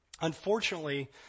Unfortunately